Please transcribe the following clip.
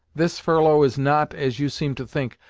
this furlough is not, as you seem to think,